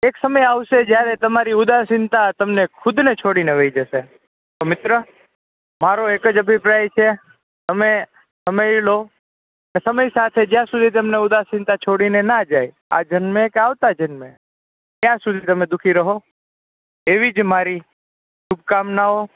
એક સમય આવશે જ્યારે તમારી ઉદાસીનતા તમને ખુદને છોડીને નહાય જસે તો મિત્ર મારો એક જ અભિપ્રાય છે તમને તમે સમજી લો સમય સાથે જ્યા સુધી ઉદાસીનતા ના જાય આ જન્મે કે ક્યા આવ્તા જન્મે ત્યા સુધી તમે દુઃખી રહો એવી જ મારી શુભકામનાઓ